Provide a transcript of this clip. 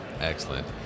Excellent